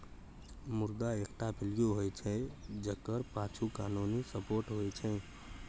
मुद्रा एकटा वैल्यू होइ छै जकर पाछु कानुनी सपोर्ट होइ छै